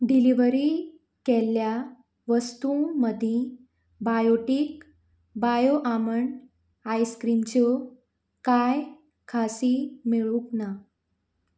delivery केल्ल्या वस्तू मदीं बायोटीक बायो आमंड आयस्क्रीमच्यो कांय खासी मेळूंक ना